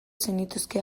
zenituzke